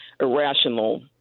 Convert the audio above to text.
irrational